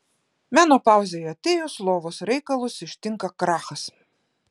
menopauzei atėjus lovos reikalus ištinka krachas